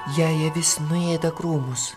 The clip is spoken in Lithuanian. jei avis nuėda krūmus